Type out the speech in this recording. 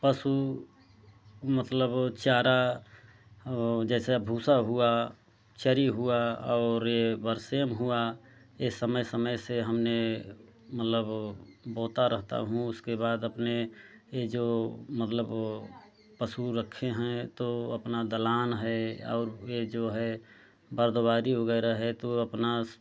पशु मतलब चारा औ जैसा भूसा हुआ चरी हुआ और ये बरसेम हुआ यह समय समय से हमने मतलब बोता रहता हूँ उसके बाद अपने जो मतलब पशु रखे हैं तो अपना दलान है और ये जो है बर्दवारी वगैरह है तो अपना